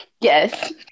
Yes